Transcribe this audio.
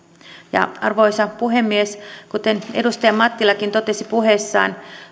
arvoisa puhemies kuten edustaja mattilakin totesi puheessaan